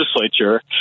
legislature